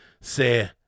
Say